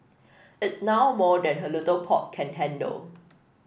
it's now more than her little pot can handle